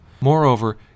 Moreover